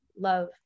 love